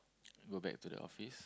go back to the office